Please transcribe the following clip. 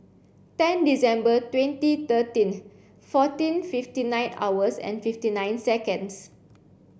ten December twenty thirteen fourteen fifty nine hours and fifty nine seconds